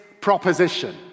proposition